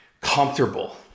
comfortable